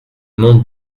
non